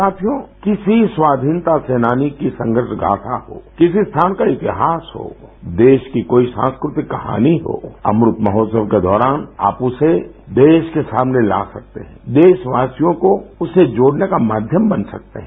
साथियो किसी स्वाधीनता सेनानी की संघर्ष गाथा हो किसी स्थान का इतिहास हो देश की कोई सांस्कृतिक कहानी हो अमृत महोत्सव के दौरान आप उसे देश के सामने ला सकते हैं देशवासियों को उससे जोड़ने का माध्यम बन सकते हैं